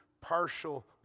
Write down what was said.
partial